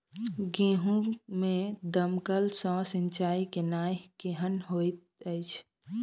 गेंहूँ मे दमकल सँ सिंचाई केनाइ केहन होइत अछि?